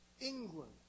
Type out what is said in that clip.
England